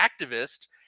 activist